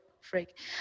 freak